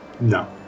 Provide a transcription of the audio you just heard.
No